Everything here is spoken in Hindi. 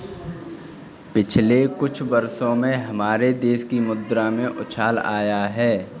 पिछले कुछ वर्षों में हमारे देश की मुद्रा में उछाल आया है